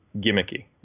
gimmicky